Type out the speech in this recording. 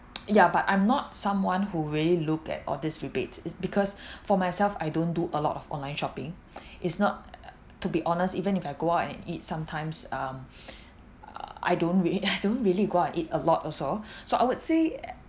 ya but I'm not someone who really look at all these rebates it's because for myself I don't do a lot of online shopping it's not to be honest even if I go out and eat sometimes um I don't really I don't really go out and eat a lot also so I would say